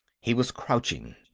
he was crouching,